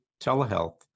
telehealth